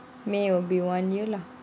may will be one year lah